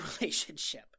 relationship